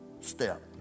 step